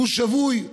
והוא שבוי,